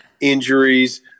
injuries